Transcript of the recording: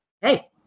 Hey